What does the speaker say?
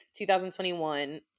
2021